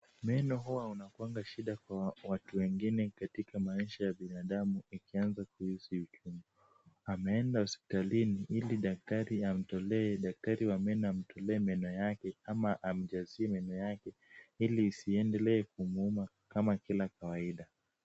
Meno hua inakuanga shida kwa watu wengine katika maisha ya binadamu ikianza kuhisi uchungu. Ameenda hospitalini ili daktari wa meno amtolee meno yake ama amjazie meno yake ili isiendelee kumuuma kama kila kawaida.